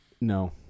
No